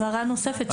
הבהרה נוספת.